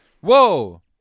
Whoa